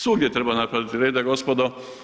Svugdje treba napraviti reda gospodo.